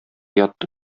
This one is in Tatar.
ятты